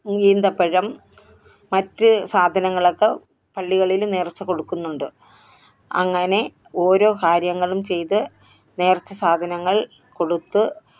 ഈന്തപ്പഴം മറ്റ് സാധനങ്ങളൊക്ക പള്ളികളിൽ നേർച്ച കൊടുക്കുന്നുണ്ട് അങ്ങനെ ഓരോ കാര്യങ്ങളും ചെയ്ത് നേർച്ച സാധനങ്ങൾ കൊടുത്ത്